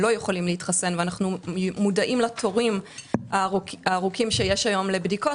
יכולים להתחסן ואנו מודעים לתורים הארוכים שיש להיום לבדיקות.